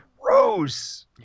gross